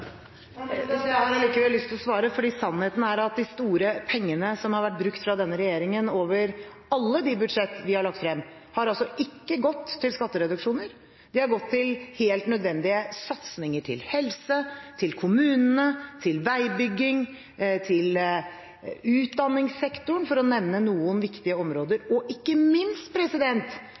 jeg takker for ordskiftet. Jeg har allikevel lyst til å svare, for sannheten er at de store pengene som har vært brukt fra denne regjeringen over alle de budsjett vi har lagt frem, altså ikke har gått til skattereduksjoner. De har gått til helt nødvendige satsinger – til helse, kommunene, veibygging, utdanningssektoren, for å nevne noen viktige områder, og ikke minst